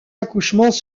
accouchements